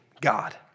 God